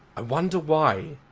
wonder why?